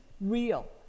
real